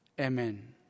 Amen